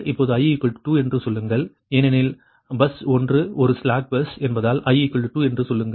இப்போது i 2 என்று சொல்லுங்கள் ஏனெனில் பஸ் 1 ஒரு ஸ்லாக் பஸ் என்பதால் i 2 என்று சொல்லுங்கள்